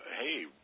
hey